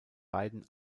beiden